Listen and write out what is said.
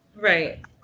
right